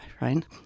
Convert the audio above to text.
right